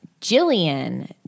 Jillian